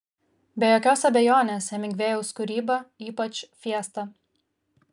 be jokios abejonės hemingvėjaus kūryba ypač fiesta